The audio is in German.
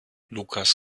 lukas